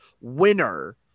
winner